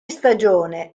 stagione